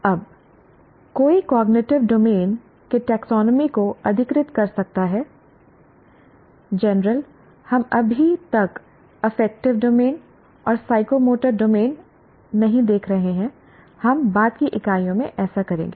अब कोई cognitive domain के टैक्सोनॉमी को अधिकृत कर सकता है जनरल हम अभी तक अफेक्टिव डोमेन और साइकोमोटर डोमेन नहीं देख रहे हैं हम बाद की इकाइयों में ऐसा करेंगे